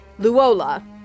Luola